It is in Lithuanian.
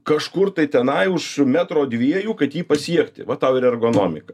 kažkur tai tenai už metro dviejų kad jį pasiekti va tau ir ergonomika